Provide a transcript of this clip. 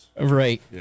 right